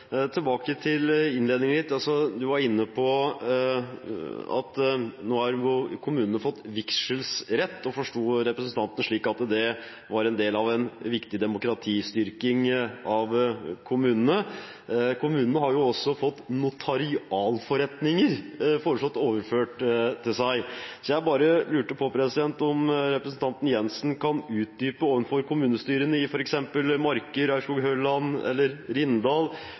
tilbake til innledningen: Representanten Jensen var inne på at kommunene nå har fått vigselsrett, og jeg forsto ham slik at det var del av en viktig demokratistyrking av kommunene. Kommunene har jo også fått notarialforretninger foreslått overført til seg. Så jeg lurte på om representanten Jenssen kan utdype – overfor kommunestyrene i f.eks. Marker, Aurskog-Høland eller Rindal